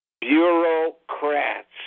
Bureaucrats